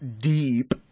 deep